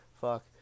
fuck